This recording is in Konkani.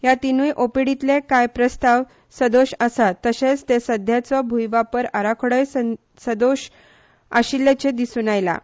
ह्या तिनूय ओडिपीतले कांय प्रस्ताव सदोश आसात तशेंच सध्याचो भूंय वापर आराखडोय सदोश आशिल्ल्याचें दिसून आयलां